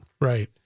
Right